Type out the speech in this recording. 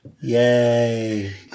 Yay